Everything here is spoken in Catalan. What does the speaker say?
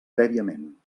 prèviament